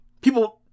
People